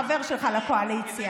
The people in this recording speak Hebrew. החבר שלך לקואליציה.